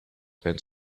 then